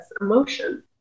emotion